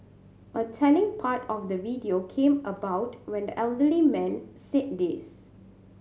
a telling part of the video came about when the elderly man said this